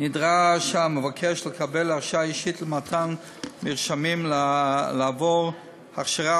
נדרש המבקש לקבל הרשאה אישית למתן מרשמים לעבור הכשרה